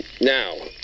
Now